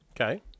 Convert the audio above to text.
Okay